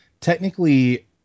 technically